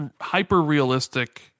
hyper-realistic